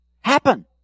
happen